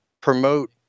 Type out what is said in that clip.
promote